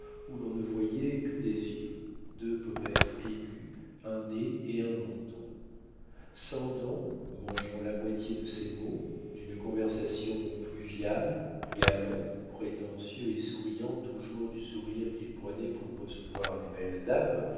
où l'on ne voyait que des yeux deux pommettes aiguës un nez et un menton sans dents mangeant la moitié de ses mots d'une conversation pluviale galant prétentieux et souriant toujours du sourire qu'il prenait pour recevoir les belles dames